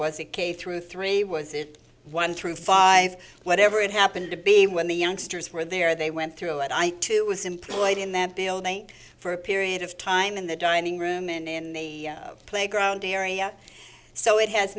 was it k through three was it one through five whatever it happened to be when the youngsters were there they went through it i too was employed in that building for a period of time in the dining room and in the playground area so it has